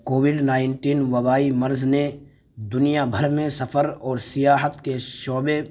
Covid nineteen وبائی مرض نے دنیا بھر میں سفر اور سیاحت کے شعبے